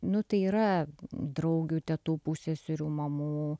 nu tai yra draugių tetų pusseserių mamų